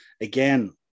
Again